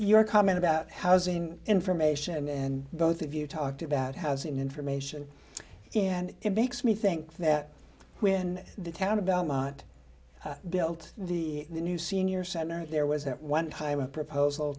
your comment about housing information and both of you talked about has information and it makes me think that when the town of belmont built the new senior center there was at one time a proposal